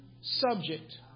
subject